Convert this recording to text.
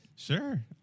Sure